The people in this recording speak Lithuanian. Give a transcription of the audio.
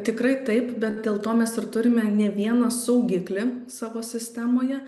tikrai taip bet dėl to mes ir turime ne vieną saugiklį savo sistemoje